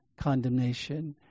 condemnation